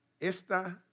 Esta